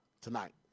tonight